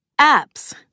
Apps